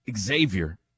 Xavier